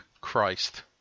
Christ